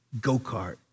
go-kart